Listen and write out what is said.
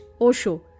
Osho